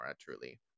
truly